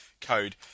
Code